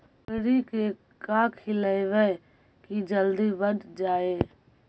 बकरी के का खिलैबै कि जल्दी बढ़ जाए?